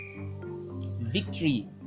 victory